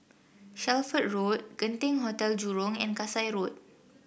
Shelford Road Genting Hotel Jurong and Kasai Road